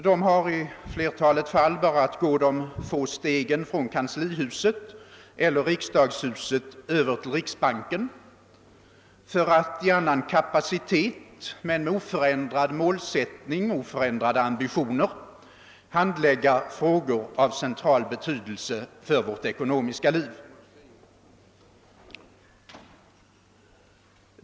De har i flertalet fall bara att gå de få stegen från kanslihuset eller riksdagshuset över till riksbanken för att i annan kapacitet men med oförändrad målsättning och oförändrade ambitioner handlägga frågor av central betydelse för vårt ekonomiska liv.